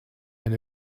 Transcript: and